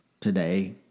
today